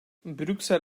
brüksel